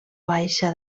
baixa